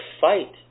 fight